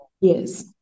Yes